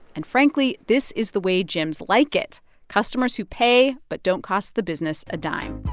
and frankly, this is the way gyms like it customers who pay but don't cost the business a dime